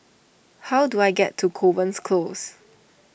how do I get to Kovan's Close